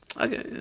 okay